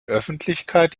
öffentlichkeit